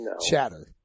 chatter